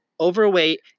overweight